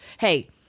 Hey